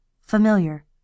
familiar